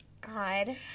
God